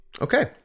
Okay